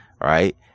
Right